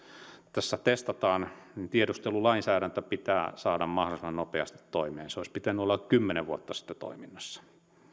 tässä testataan tiedustelulainsäädäntö pitää saada mahdollisimman nopeasti toimeen sen olisi pitänyt olla jo kymmenen vuotta sitten toiminnassa